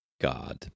God